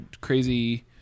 crazy